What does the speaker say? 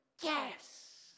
yes